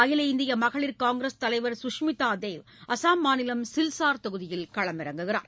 அகில இந்தியமகளிர் காங்கிரஸ் தலைவர் சுஸ்மிதாதேவ் அஸ்ஸாம் மாநிலம் சில்சார் தொகுதியில் களமிறங்குகிறார்